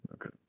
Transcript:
Okay